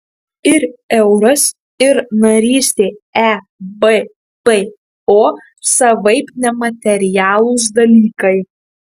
ir euras ir narystė ebpo savaip nematerialūs dalykai